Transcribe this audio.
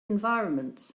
environment